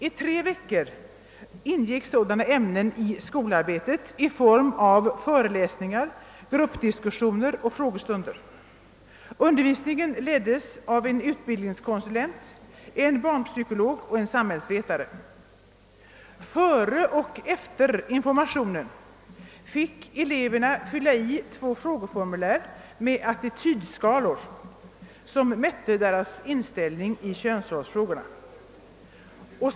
I tre veckor ingick sådana ämnen i skolarbetet i form av föreläsningar, gruppdiskussioner och = frågestunder. Undervisningen leddes av en utbildningskonsulent, en barnpsykolog och en samhällsvetare. Före och efter informationen fick eleverna fylla i två frågeformulär med attitydskalor, som mätte deras inställning i könsrollsfrågorna.